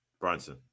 Brunson